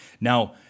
Now